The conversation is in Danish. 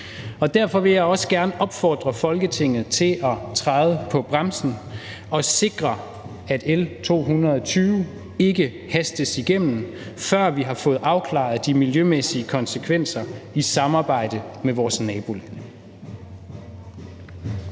Derfor vil jeg også gerne opfordre Folketinget til at træde på bremsen og sikre, at L 220 ikke hastes igennem, før vi har fået afklaret de miljømæssige konsekvenser i samarbejde med vores nabolande.